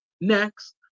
next